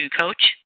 coach